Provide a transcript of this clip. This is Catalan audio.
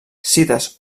cites